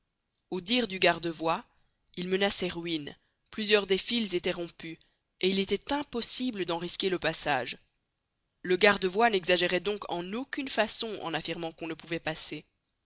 au dire du garde voie il menaçait ruine plusieurs des fils étaient rompus et il était impossible d'en risquer le passage le garde voie n'exagérait donc en aucune façon en affirmant qu'on ne pouvait passer